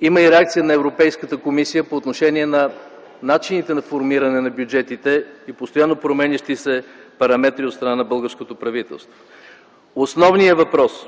Има и реакции на Европейската комисия по отношение начините на формиране на бюджетите и постоянно променящите се параметри от страна на българското правителство. Основният въпрос,